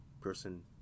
person